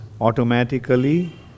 automatically